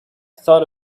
thought